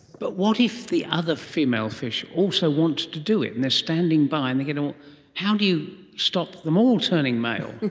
but what if the other female fish also wants to do it and they are standing by and they? and you know how do you stop them all turning male?